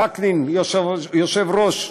וקנין היושב-ראש,